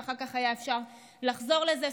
ואחר כך היה אפשר לחזור לזה.